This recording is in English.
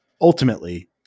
ultimately